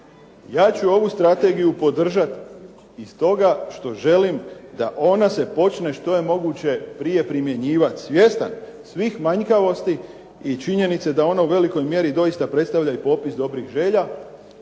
Ja ću ovu strategiju podržati i stoga što želim da ona se počne što je moguće prije primjenjivati, svjestan svih manjkavosti i činjenice da ona u velikoj mjeri doista predstavlja i popis dobrih želja,